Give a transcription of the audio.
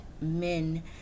men